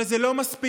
אבל זה לא מספיק,